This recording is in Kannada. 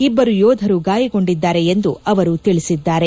ಇಬ್ಬರು ಯೋಧರು ಗಾಯಗೊಂಡಿದ್ದಾರೆ ಎಂದು ಅವರು ತಿಳಿಸಿದ್ದಾರೆ